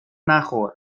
نخور